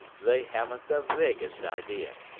they haven't the vaguest idea,